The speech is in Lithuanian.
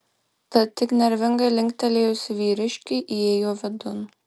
tad tik nervingai linktelėjusi vyriškiui įėjo vidun